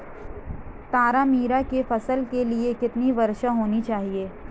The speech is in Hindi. तारामीरा की फसल के लिए कितनी वर्षा होनी चाहिए?